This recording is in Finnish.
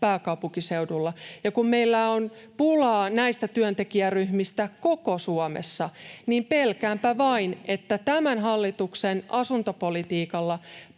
pääkaupunkiseudulla. Ja kun meillä on pulaa näistä työntekijäryhmistä koko Suomessa, niin pelkäänpä vain, että tämän hallituksen asuntopolitiikalla